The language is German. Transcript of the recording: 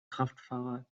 kraftfahrer